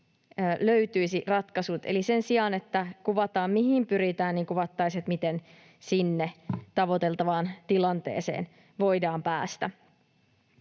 löytyisi ratkaisut. Eli sen sijaan, että kuvataan, mihin pyritään, kuvattaisiinkin, miten sinne tavoiteltavaan tilanteeseen voidaan päästä.